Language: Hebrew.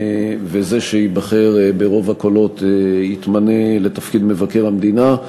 וזה שייבחר ברוב הקולות יתמנה לתפקיד מבקר המדינה.